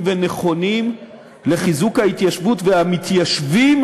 ונכונים לחיזוק ההתיישבות והמתיישבים